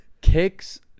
kicks